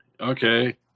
Okay